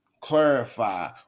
clarify